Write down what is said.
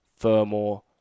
Furmore